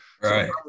Right